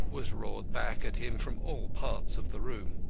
was roared back at him from all parts of the room.